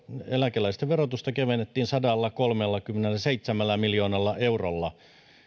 eläkeläisten verotusta kevennettiin sadallakolmellakymmenelläseitsemällä miljoonalla eurolla